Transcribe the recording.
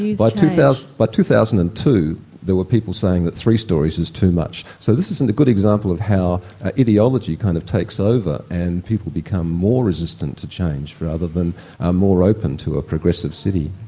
like two thousand but two thousand and two there were people saying that three storeys is too much, so this is a good example of how ideology kind of takes over and people become more resistant to change rather than ah more open to a progressive city.